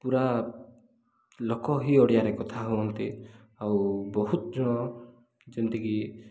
ପୁରା ଲୋକ ହିଁ ଓଡ଼ିଆରେ କଥା ହୁଅନ୍ତି ଆଉ ବହୁତ ଜଣ ଯେମିତିକି